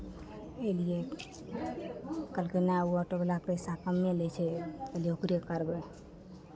अयलियै कहलकै नहि ओ ऑटोवला पैसा कमे लै छै तऽ ओकरे करबै